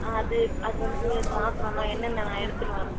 அது அது வந்து அது மாற்றணும்னா என்னென்ன நான் எடுத்துன்னு வரணும்